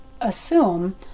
assume